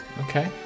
Okay